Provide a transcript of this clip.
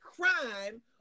crime